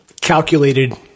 calculated